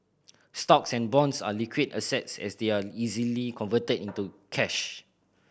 stocks and bonds are liquid assets as they are easily converted into cash